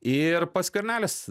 ir pats skvernelis